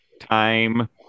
time